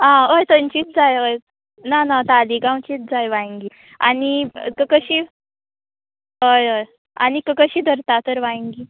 आं हय थंयचींच जाय हय ना ना तालिगांवचींच जाय वांयगी आनी कशी हय हय आनी कशीं धरता तर वांयगीं